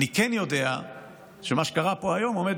אני כן יודע שמה שקרה פה היום עומד